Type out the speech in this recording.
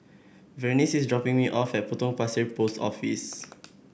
Vernice is dropping me off at Potong Pasir Post Office